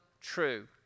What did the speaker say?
true